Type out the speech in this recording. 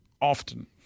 often